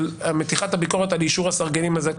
מתיחת הביקורת על יישור הסרגלים הזה,